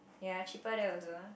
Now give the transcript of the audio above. ya cheaper there also ah